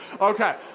Okay